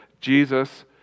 Jesus